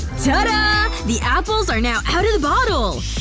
ta-dah! the apples are now out of the bottle!